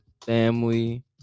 family